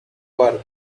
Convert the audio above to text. work